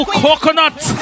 coconut